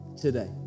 today